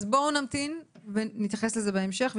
אז בואו נמתין ונתייחס לזה בהמשך.